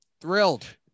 Thrilled